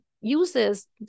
uses